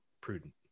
prudent